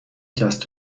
جست